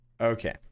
Okay